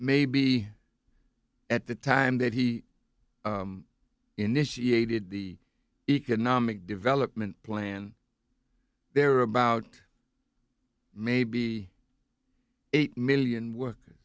maybe at the time that he initiated the economic development plan there are about maybe eight million work